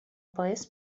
باعث